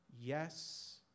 Yes